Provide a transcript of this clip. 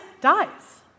dies